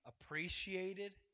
appreciated